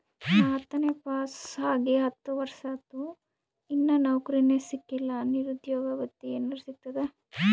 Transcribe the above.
ನಾ ಹತ್ತನೇ ಪಾಸ್ ಆಗಿ ಹತ್ತ ವರ್ಸಾತು, ಇನ್ನಾ ನೌಕ್ರಿನೆ ಸಿಕಿಲ್ಲ, ನಿರುದ್ಯೋಗ ಭತ್ತಿ ಎನೆರೆ ಸಿಗ್ತದಾ?